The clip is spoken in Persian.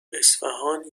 اصفهان